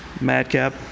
Madcap